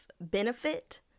benefit